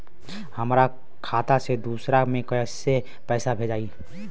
हमरा खाता से दूसरा में कैसे पैसा भेजाई?